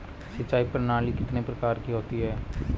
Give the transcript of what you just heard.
सिंचाई प्रणाली कितने प्रकार की होती है?